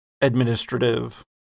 administrative